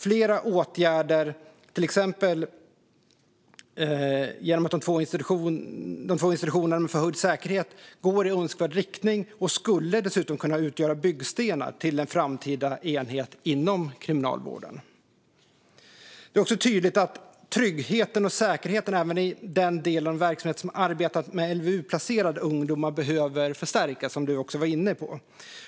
Flera åtgärder, till exempel vid de två institutionerna med förhöjd säkerhet, går i önskvärd riktning och skulle dessutom kunna utgöra byggstenar till en framtida enhet inom Kriminalvården. Det är också tydligt att tryggheten och säkerheten, även i den del av verksamheten som arbetat med LVU-placerade ungdomar, behöver förstärkas, som statsrådet också var inne på.